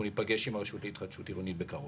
ניפגש עם הרשות להתחדשות עירונית בקרוב.